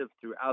throughout